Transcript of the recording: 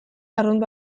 arrunt